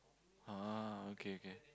oh okay okay